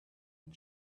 and